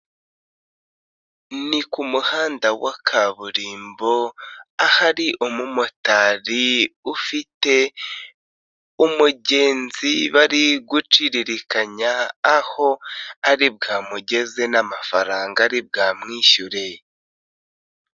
Ni ku muhanda wa kaburimbo, ahari umumotari ufite umugenzi, bari guciririkanya aho ari bwamugeze n'amafaranga aribwamwishyure.